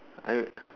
I